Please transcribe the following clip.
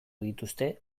dituzte